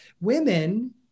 women